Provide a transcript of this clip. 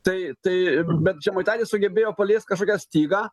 tai tai bet žemaitaitis sugebėjo paliest kažkokią stygą